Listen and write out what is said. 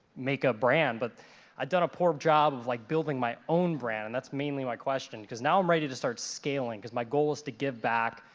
make a brand. but i've done a poor job at like building my own brand. and that's mainly my question cause now i'm ready to start scaling cause my goal is to give back.